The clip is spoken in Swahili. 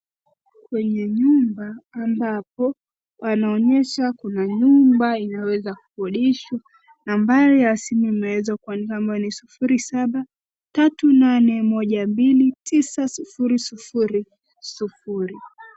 Kwenye nyumba ambapo panaonyesha kuna nyumba inaweza kukodishwa. Nambari ya simu imeweza kuandikwa, ambayo ni 0738129000 .